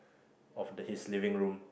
of the his living room